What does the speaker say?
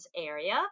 area